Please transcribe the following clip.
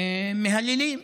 מהללים.